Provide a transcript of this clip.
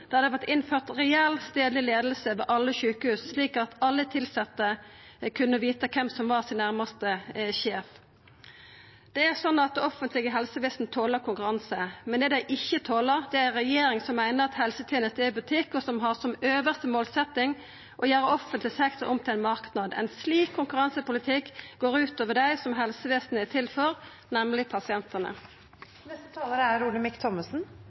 der det vert innført reell stadleg leiing ved alle sjukehus, slik at alle tilsette kunne vita kven som var deira nærmaste sjef. Det er slik at det offentlege helsevesenet toler konkurranse, men det dei ikkje toler, er ei regjering som meiner at helseteneste er butikk, og som har som øvste målsetjing å gjera offentleg sektor om til ein marknad. Ein slik konkurransepolitikk går ut over dei som helsevesenet er til for, nemleg pasientane.